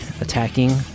Attacking